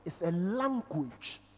language